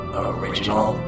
original